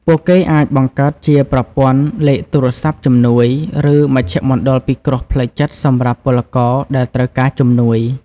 ពួកគេអាចបង្កើតជាប្រព័ន្ធលេខទូរស័ព្ទជំនួយ ឬមជ្ឈមណ្ឌលពិគ្រោះផ្លូវចិត្តសម្រាប់ពលករដែលត្រូវការជំនួយ។